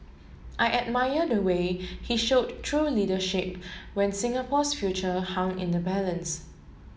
I admire the way he showed true leadership when Singapore's future hung in the balance